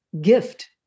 gift